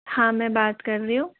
हाँ मैं बात कर रही हूँ